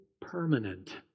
permanent